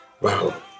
Wow